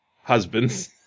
husbands